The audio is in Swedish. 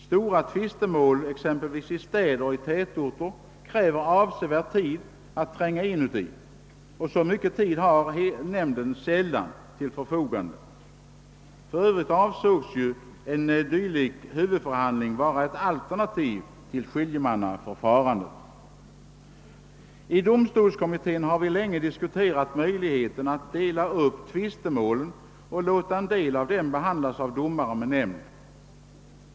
Stora tvistemål, exempelvis i städer och andra tätorter, kräver avsevärd tid, och så mycket tid har nämnden sällan till sitt förfogande. För övrigt avsågs ju en dylik huvudförhandling vara ett alternativ till skiljemannaförfarandet. I domstolskommittén diskuterade vi länge möjligheten att dela upp tvistemålen och låta vissa av dem behandlas av domare med nämnd.